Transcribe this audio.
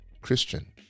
Christian